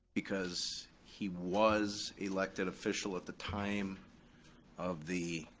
because he was elected official at the time of the